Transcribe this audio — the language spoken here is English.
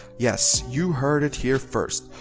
yes, you heard it here first.